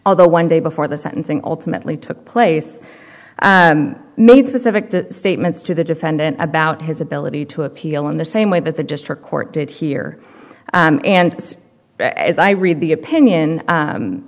although one day before the sentencing alternately took place and made specific to statements to the defendant about his ability to appeal in the same way that the district court did hear and as i read the opinion